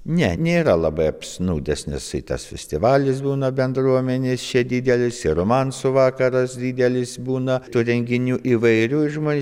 ne nėra labai apsnūdęs nes ir tas festivalis būna bendruomenės čia didelis ir romansų vakaras didelis būna tų renginių įvairių žmonės